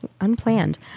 unplanned